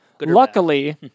luckily